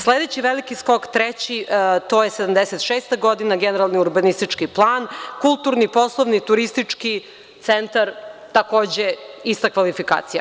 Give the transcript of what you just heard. Sledeći veliki skok, treći, bio je 1976. godine, generalni urbanistički plan, kulturni, poslovni, turistički centar, takođe ista kvalifikacija.